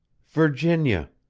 virginia!